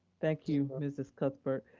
thank you, mrs. cuthbert.